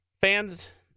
fans